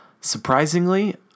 surprisingly